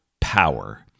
power